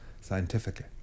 scientifically